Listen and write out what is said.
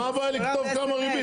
מה הבעיה לכתוב כמה ריבית?